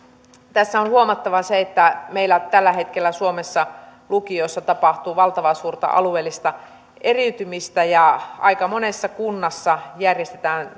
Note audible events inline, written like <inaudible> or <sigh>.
tässä on huomattava se että meillä tällä hetkellä suomessa lukiossa tapahtuu valtavan suurta alueellista eriytymistä ja aika monessa kunnassa järjestetään <unintelligible>